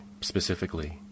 specifically